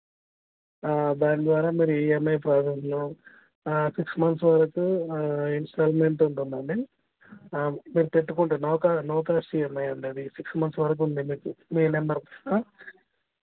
దాని ద్వారా మరి ఈఎంఐ ప్రాసెస్ను సిక్స్ మంత్స్ వరకు ఇన్స్టాల్మెంట్ ఉంటుంది అండి మీరు పెట్టుకుంటే no cost no cost EMI అండి అది సిక్స్ మంత్స్ వరకు ఉంది మీకు మీ నెంబర్ కూడా